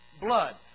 blood